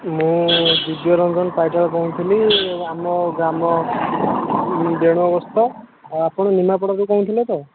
ମୁଁ ଦିବ୍ୟରଞ୍ଜନ ପାଇକରାୟ କହୁଥିଲି ଆମ ଗ୍ରାମ ବେଣୁବସ୍ତ ଆଉ ଆପଣ ନିମାପଡ଼ାରୁ କହୁଁଥିଲେ ତ